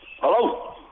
Hello